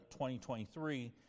2023